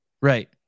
Right